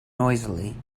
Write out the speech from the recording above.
noisily